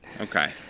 Okay